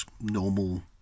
normal